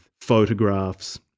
photographs